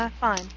Fine